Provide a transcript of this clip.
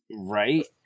Right